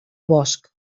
bosc